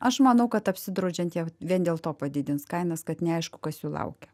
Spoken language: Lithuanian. aš manau kad apsidraudžiant jie vien dėl to padidins kainas kad neaišku kas jų laukia